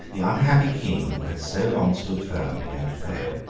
the unhappy king who had so long stood firm, began to fail.